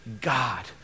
God